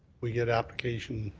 we get application